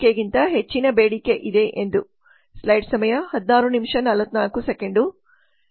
ಪೂರೈಕೆಗಿಂತ ಹೆಚ್ಚಿನ ಬೇಡಿಕೆ ಇದೆ ಎಂದು